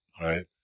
right